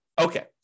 Okay